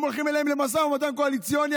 הם הולכים אליהם למשא ומתן קואליציוני.